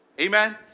Amen